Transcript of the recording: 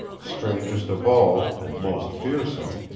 strangest of all, and most fearsome,